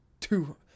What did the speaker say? two